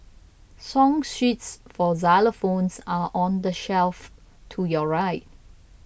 song sheets for xylophones are on the shelf to your right